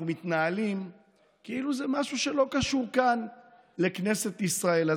אנחנו מתנהלים כאילו זה משהו שלא קשור כאן לכנסת ישראל.